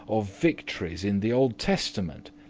of victories in the old testament,